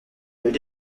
villa